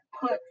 put